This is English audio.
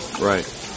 right